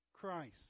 Christ